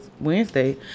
Wednesday